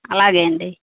అలాగే అండి